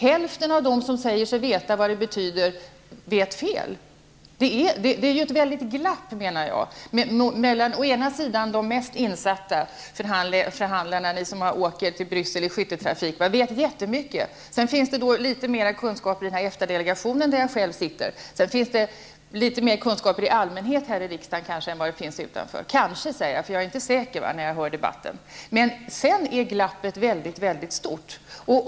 Hälften av dem som säger sig veta vad det betyder har en felaktig uppfattning. Det är ett mycket stort glapp mellan de mest insatta förhandlarna och andra. Ni som åker till Bryssel i skytteltrafik vet väldigt mycket. Sedan finns det också litet mera kunskaper i EFTA-delegationen, som jag själv tillhör. Vidare finns det kanske litet mer kunskaper här i riksdagen i allmänhet än utanför riksdagen. Jag säger ''kanske'', eftersom jag inte är säker när jag hör debatten. Sedan är glappet väldigt stort.